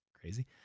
crazy